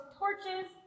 torches